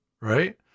right